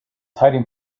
hiding